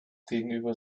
gegenüber